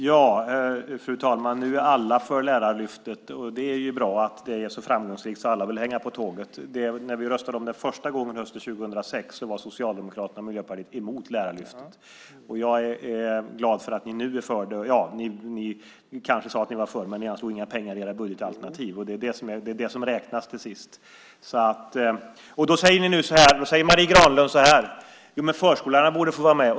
Fru talman! Nu är alla för Lärarlyftet, och det är ju bra att det är så framgångsrikt att alla vill hänga på tåget. När vi röstade om det första gången, hösten 2006, var Socialdemokraterna och Miljöpartiet mot Lärarlyftet. Jag är glad att ni nu är för det. Ni kanske sade att ni var för men ni anslog inga pengar i era budgetalternativ, och det är det som till sist räknas. Då säger Marie Granlund: Förskollärarna borde få vara med.